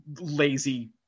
lazy